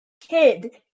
kid